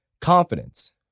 Confidence